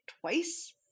twice